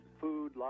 food